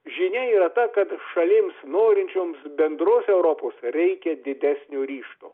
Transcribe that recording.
žinia yra ta kad šalims norinčioms bendros europos reikia didesnio ryžto